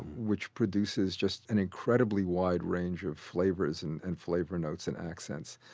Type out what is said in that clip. which produces just an incredibly wide range of flavors, and and flavor notes, and accents.